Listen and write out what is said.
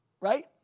right